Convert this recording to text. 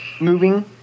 moving